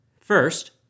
First